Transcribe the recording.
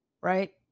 right